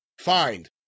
find